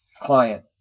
client